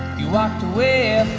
you walked away